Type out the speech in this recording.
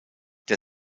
der